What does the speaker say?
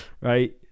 right